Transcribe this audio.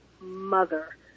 mother